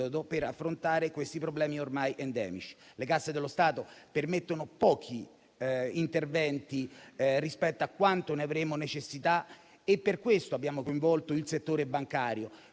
per affrontare questi problemi ormai endemici. Le casse dello Stato permettono pochi interventi rispetto a quanto ne avremmo necessità. Per questo abbiamo coinvolto il settore bancario